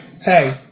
hey